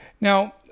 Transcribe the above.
Now